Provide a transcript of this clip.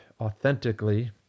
authentically